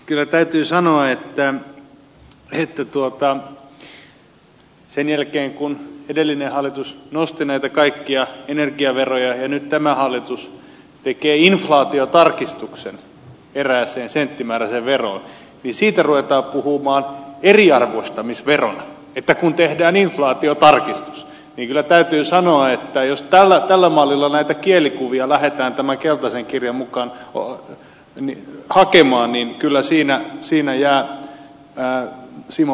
kyllä täytyy sanoa että sen jälkeen kun edellinen hallitus nosti näitä kaikkia energiaveroja ja nyt tämä hallitus tekee inflaatiotarkistuksen erääseen senttimääräiseen veroon siitä ruvetaan puhumaan eriarvoistamisverona että tehdään inflaatiotarkistus niin kyllä täytyy sanoa että jos tällä mallilla näitä kielikuvia lähdetään tämän keltaisen kirjan mukaan hakemaan niin kyllä siinä jää simo frangenkin kakkoseksi